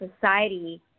society